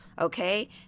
okay